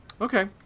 okay